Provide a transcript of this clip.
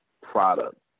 product